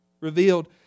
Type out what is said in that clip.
revealed